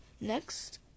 next